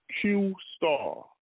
Q-Star